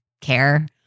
care